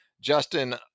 Justin